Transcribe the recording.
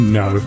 no